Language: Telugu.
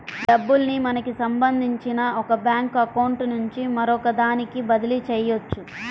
డబ్బుల్ని మనకి సంబంధించిన ఒక బ్యేంకు అకౌంట్ నుంచి మరొకదానికి బదిలీ చెయ్యొచ్చు